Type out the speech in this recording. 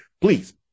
Please